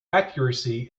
accuracy